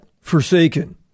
Forsaken